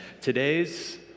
Today's